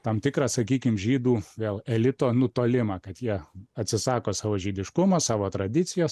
tam tikrą sakykim žydų vėl elito nutolimą kad jie atsisako savo žydiškumo savo tradicijos